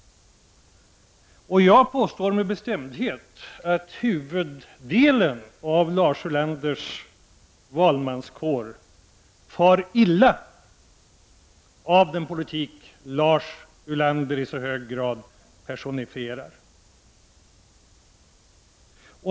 Jag påstår med bestämdhet att huvuddelen av Lars Ulanders valmanskår far illa av den politik som Lars Ulander i så hög grad personifierar.